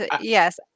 yes